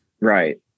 Right